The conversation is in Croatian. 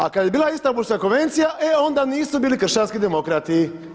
A kad je bila Istambulska konvencija, e, onda nisu bili kršćanski demokrati.